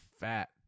fat